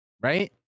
right